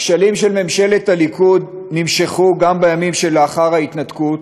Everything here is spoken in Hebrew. הכשלים של ממשלת הליכוד נמשכו גם בימים שלאחר ההתנתקות.